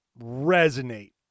resonate